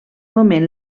moment